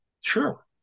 Sure